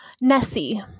Nessie